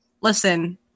listen